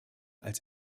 als